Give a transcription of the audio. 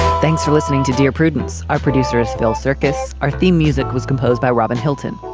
thanks for listening to dear prudence. our producer is phil circus our theme music was composed by robin hilton.